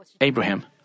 Abraham